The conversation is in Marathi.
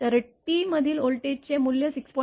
तर t मधील व्होल्टेजचे मूल्य 6